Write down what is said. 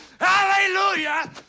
Hallelujah